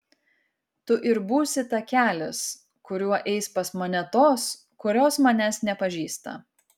tu ir būsi takelis kuriuo eis pas mane tos kurios manęs nepažįsta